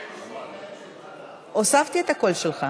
כן.